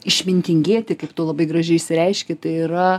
išmintingėti kaip tu labai gražiai išsireiški tai yra